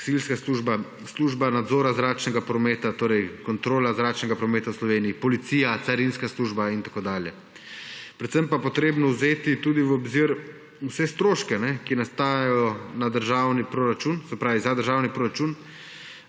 to poudarim, služba nadzora zračnega prometa, torej kontrola zračnega prometa v Sloveniji, policija, carinska služba in tako dalje. Predvsem pa je treba vzeti tudi v obzir vse stroške, ki nastajajo za državni proračun. Tako tudi sami